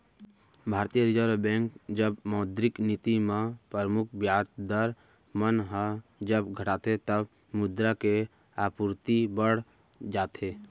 भारतीय reserve bank जब मौद्रिक नीति म परमुख बियाज दर मन ह जब घटाथे तब मुद्रा के आपूरति बड़ जाथे